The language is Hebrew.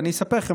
ואני אספר לכם.